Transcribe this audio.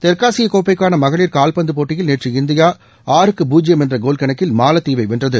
தெற்காசிய கோப்பைக்கான மகளிர் கால்பந்து போட்டியில் நேற்று இந்தியா ஆறுக்கு பூஜ்ஜியம் என்ற கோல் கணக்கில் மாலத்தீவை வென்றது